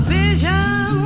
vision